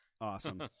awesome